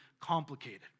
complicated